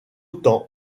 temps